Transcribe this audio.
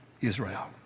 Israel